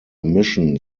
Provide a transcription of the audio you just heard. mission